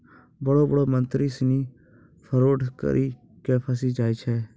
बड़ो बड़ो मंत्री सिनी फरौड करी के फंसी जाय छै